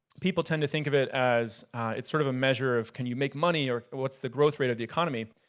people tend to think of it as it's sort of a measure of can you make money or what's the growth rate of the economy?